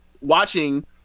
watching